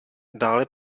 dále